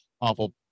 Awful